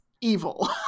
evil